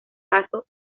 paso